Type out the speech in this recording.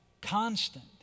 constant